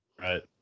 right